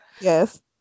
Yes